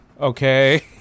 Okay